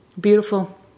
Beautiful